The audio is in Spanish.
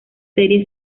serie